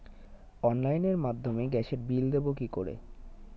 অনলাইনের মাধ্যমে গ্যাসের বিল দেবো কি করে?